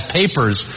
papers